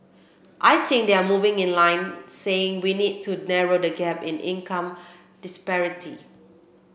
I think they are moving in line saying we need to narrow the gap in income disparity